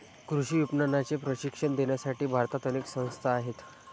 कृषी विपणनाचे प्रशिक्षण देण्यासाठी भारतात अनेक संस्था आहेत